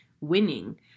winning